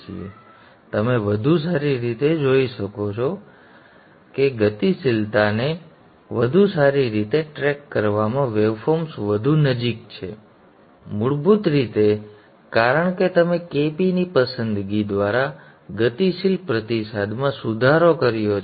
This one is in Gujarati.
તેથી તમે વધુ સારી રીતે જુઓ છો તમે જુઓ છો કે ગતિશીલતાને વધુ સારી રીતે ટ્રેક કરવામાં વેવફોર્મ્સ વધુ નજીક છે મૂળભૂત રીતે કારણ કે તમે Kp ની પસંદગી દ્વારા ગતિશીલ પ્રતિસાદમાં સુધારો કર્યો છે